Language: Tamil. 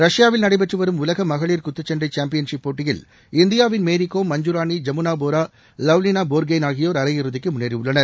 ரஷ்பாவில் நடைபெற்று வரும் உலக மகளிர் குத்துச்சண்டை சாம்பியன்ஷிப் போட்டியில் இந்தியாவின் மேரி கோம் மஞ்சுராணி ஜமுனா போரோ லவ்லினா போகோகெய்ன் ஆகியோர் அரை இறுதிக்கு முன்னேறியுள்ளனர்